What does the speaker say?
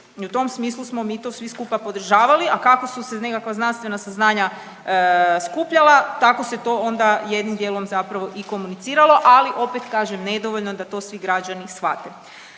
u tom smislu smo mi to svi skupa podržavali, a kako su se nekakva znanstvena saznanja skupljala, tako se to onda jednim dijelom zapravo i komuniciralo ali opet kažem nedovoljno da to svi građani shvate.